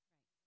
Right